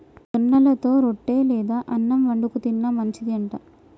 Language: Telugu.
జొన్నలతో రొట్టె లేదా అన్నం వండుకు తిన్న మంచిది అంట